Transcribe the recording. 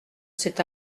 cet